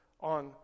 on